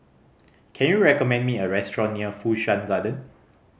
can you recommend me a restaurant near Fu Shan Garden